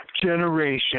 generation